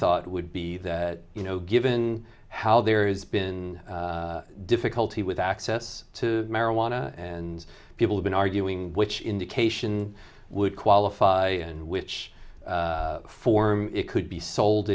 thought would be that you know given how there has been difficulty with access to marijuana and people have been arguing which indication would qualify and which form it could be sold